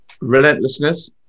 Relentlessness